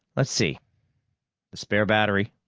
let's see. the spare battery,